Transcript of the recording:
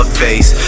face